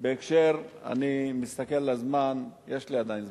אני מסתכל על הזמן, יש לי עדיין זמן.